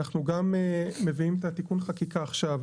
אנחנו גם מביאים את התיקון חפיפה עכשיו,